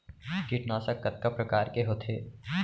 कीटनाशक कतका प्रकार के होथे?